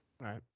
right